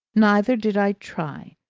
neither did i try,